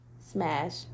smash